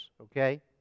okay